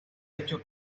hecho